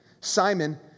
Simon